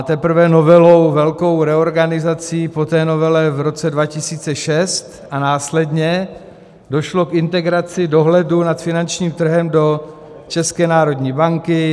Teprve novelou, velkou reorganizací po novele v roce 2006 a následně došlo k integraci dohledu nad finančním trhem do České národní banky.